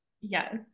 Yes